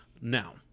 Now